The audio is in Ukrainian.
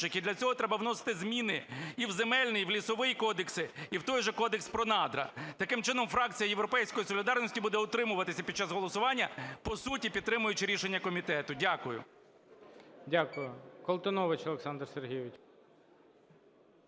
І для цього треба вносити зміни і в Земельний і в Лісовий кодекси, і в той же Кодекс про надра. Таким чином, фракція "Європейської солідарності" буде утримуватися під час голосування, по суті підтримуючи рішення комітету. Дякую.